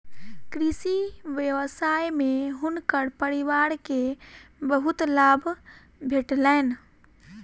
कृषि व्यवसाय में हुनकर परिवार के बहुत लाभ भेटलैन